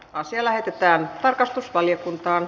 asia lähetettiin tarkastusvaliokuntaan